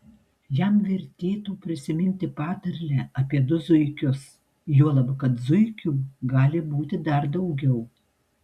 jam vertėtų prisiminti patarlę apie du zuikius juolab kad zuikių gali būti dar daugiau